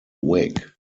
wick